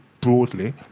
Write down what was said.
broadly